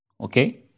Okay